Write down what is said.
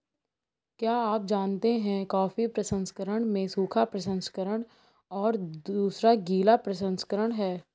क्या आप जानते है कॉफ़ी प्रसंस्करण में सूखा प्रसंस्करण और दूसरा गीला प्रसंस्करण है?